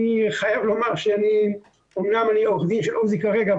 אני חייב לומר שאני אמנם עורך דין של עוזי כרגע,